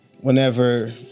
whenever